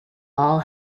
all